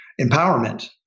empowerment